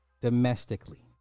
domestically